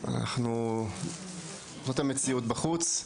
זאת המציאות בחוץ.